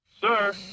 sir